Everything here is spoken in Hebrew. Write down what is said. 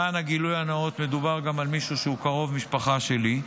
למען הגילוי הנאות מדובר גם על מישהו שהוא קרוב משפחה שלי,